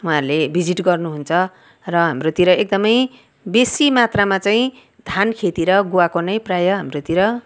उहाँहरूले भिजिट गर्नु हुन्छ र हाम्रोतिर एकदम बेसी मात्रमा चाहिँ धान खेती र गुवाको नै प्रायः हाम्रोतिर